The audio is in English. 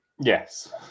Yes